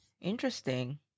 Interesting